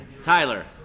Tyler